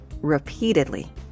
Repeatedly